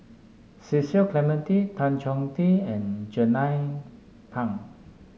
Cecil Clementi Tan Chong Tee and Jernnine Pang